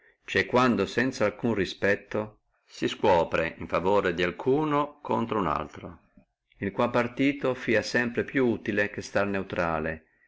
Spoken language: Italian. cioè quando sanza alcuno respetto si scuopre in favore di alcuno contro ad un altro il quale partito fia sempre più utile che stare neutrale